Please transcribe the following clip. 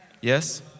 Yes